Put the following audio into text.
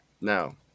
Now